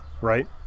right